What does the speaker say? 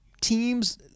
teams